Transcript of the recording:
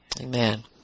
Amen